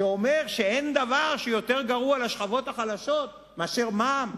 שאומר שאין דבר שיותר גרוע לשכבות החלשות מאשר מע"מ.